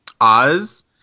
Oz